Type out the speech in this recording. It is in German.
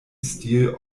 steel